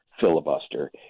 filibuster